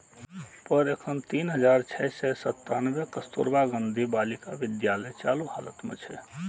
पर एखन तीन हजार छह सय सत्तानबे कस्तुरबा गांधी बालिका विद्यालय चालू हालत मे छै